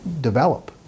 develop